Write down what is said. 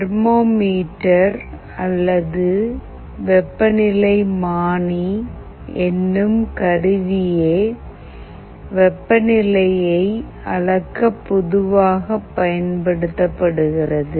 thermometer அல்லது வெப்பநிலைமானி என்னும் கருவியே வெப்பநிலையை அளக்க பொதுவாக பயன்படுத்தப்படுகிறது